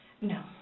No